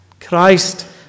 Christ